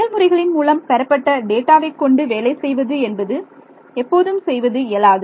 செயல்முறைகளின் மூலம் பெறப்பட்ட டேட்டாவை கொண்டு வேலை செய்வது என்பது எப்போதும் செய்வது இயலாது